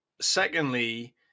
secondly